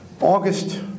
August